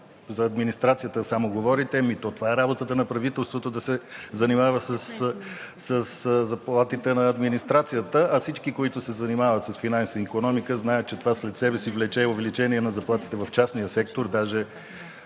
за администрацията говорите, ами то това е работата на правителството – да се занимава със заплатите на администрацията, а всички, които се занимават с финанси и икономика, знаят, че това след себе си влече и увеличение на заплатите в частния сектор. Даже